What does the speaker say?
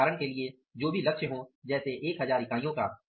यदि उदाहरण के लिए जो भी लक्ष्य हो जैसे 1000 इकाइयों का